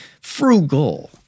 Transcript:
frugal